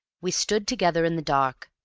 we stood together in the dark.